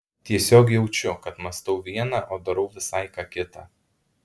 tiesiog jaučiu kad mąstau viena o darau visai ką kita